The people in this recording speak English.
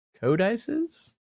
Codices